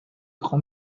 იყო